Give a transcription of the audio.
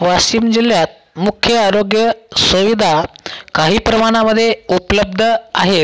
वाशिम जिल्ह्यात मुख्य आरोग्य सुविधा काही प्रमाणामध्ये उपलब्ध आहेत